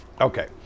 Okay